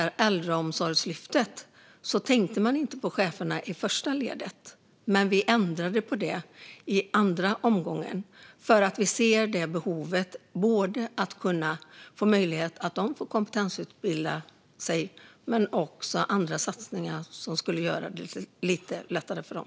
I Äldreomsorgslyftet tänkte man inte på cheferna i första ledet, men vi ändrade på det i andra omgången därför att vi såg behovet av att de får möjlighet till kompetensutbildning men också andra satsningar som skulle göra det lite lättare för dem.